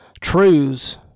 truths